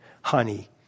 honey